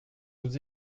vous